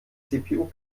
cpu